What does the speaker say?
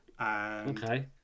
Okay